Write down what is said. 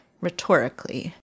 rhetorically